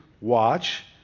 watch